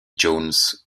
jones